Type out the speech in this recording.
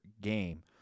game